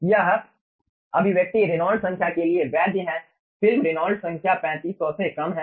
यह अभिव्यक्ति रेनॉल्ड्स संख्या के लिए वैध है फिल्म रेनॉल्ड्स संख्या 3500 से कम है